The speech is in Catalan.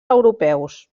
europeus